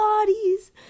bodies